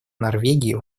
норвегии